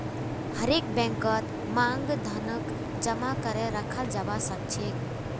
हरेक बैंकत मांग धनक जमा करे रखाल जाबा सखछेक